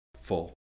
full